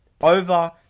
over